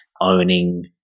owning